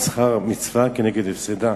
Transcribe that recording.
"ושכר עבירה כנגד הפסדה".